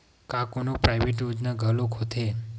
का कोनो प्राइवेट योजना घलोक होथे?